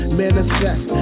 manifest